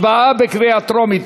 הצבעה בקריאה טרומית.